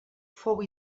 fou